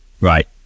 Right